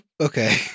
Okay